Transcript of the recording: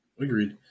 Agreed